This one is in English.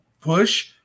push